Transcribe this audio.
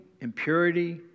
impurity